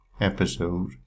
episode